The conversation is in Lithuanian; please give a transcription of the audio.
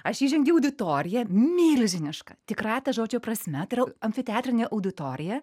aš įžengiu į auditoriją milžinišką tikrąja ta žodžio prasme tai yra amfiteatrinė auditorija